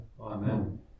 Amen